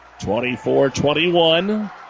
24-21